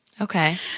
Okay